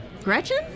Gretchen